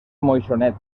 moixonets